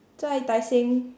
在 tai seng